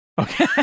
okay